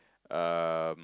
um